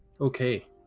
okay